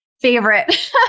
favorite